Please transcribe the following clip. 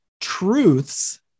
truths